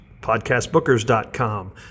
podcastbookers.com